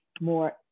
more